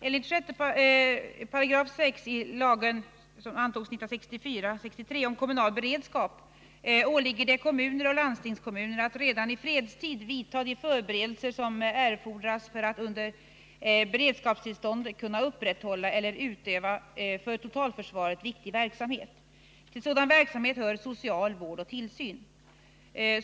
Enligt 6 § lagen om kommunal beredskap åligger det kommuner och landstingskommuner att redan i fredstid vidta de förberedelser som erfordras för att under beredskapstillstånd kunna upprätthålla eller utöva för totalförsvaret viktig verksamhet. Till sådan verksamhet hör social vård och tillsyn.